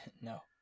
no